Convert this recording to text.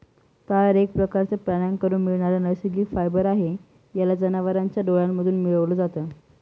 तार एक प्रकारचं प्राण्यांकडून मिळणारा नैसर्गिक फायबर आहे, याला जनावरांच्या डोळ्यांमधून मिळवल जात